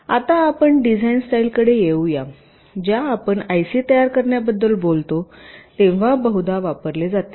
आता आपण डिझाइनस्टाईलकडे येऊ या ज्या आपण आयसी तयार करण्याबद्दल बोलतो तेव्हा बहुधा वापरली जातील